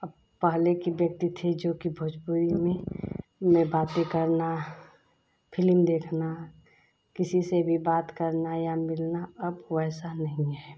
अब पहले की बेटी थी जो कि भोजपुरी में में बातें करना फिलिम देखना किसी से भी बात करना या मिलना अब वैसा नहीं है